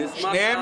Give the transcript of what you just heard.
אני אשמח לענות.